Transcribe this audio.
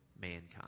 mankind